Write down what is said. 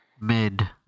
Mid